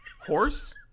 Horse